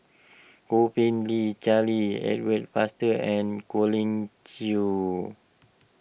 Yo Po Tee Charles Edward Faber and Colin Cheong